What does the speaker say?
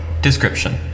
Description